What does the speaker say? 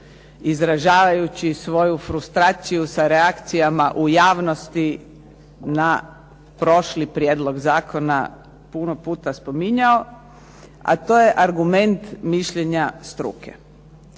izražavajući svoju frustraciju sa reakcijama u javnosti na prošli prijedlog zakona puno puta spominjao, a to je argument mišljenja struke.